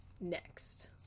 Next